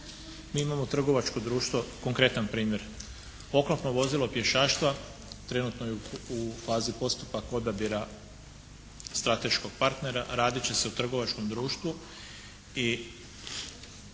Mi imamo trgovačko društvo, konkretan primjer, oklopno vozilo pješaštva trenutno je u fazi postupka odabira strateškog partnera, radit će se u trgovačkom društvu i